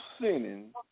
sinning